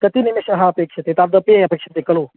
कति निमेषाः अपेक्ष्यन्ते तावद् अपेक्ष्यते खलु